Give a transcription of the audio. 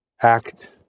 act